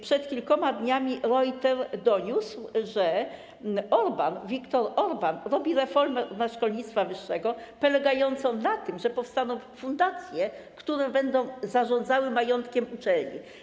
Przed kilkoma dniami Reuters doniósł, że Viktor Orbán robi reformę szkolnictwa wyższego polegającą na tym, że powstaną fundacje, które będą zarządzały majątkiem uczelni.